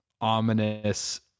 ominous